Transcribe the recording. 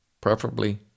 preferably